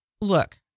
look